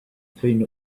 clean